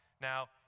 Now